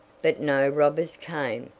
but no robbers came.